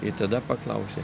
ir tada paklausė